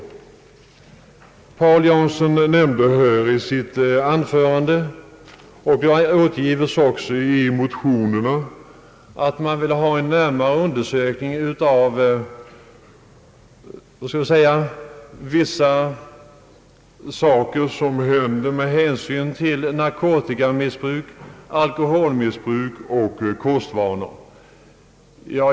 Herr Paul Jansson nämnde i sitt anförande — vilket också återfinns i motionerna — att man önskar en närmare undersökning av vissa förhållanden som inträffar i samband med narkotikamissbruk, alkoholmissbruk och felaktiga kostvanor.